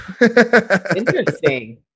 Interesting